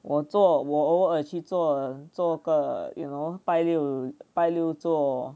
我做我偶尔去做做个 you know 拜六拜六做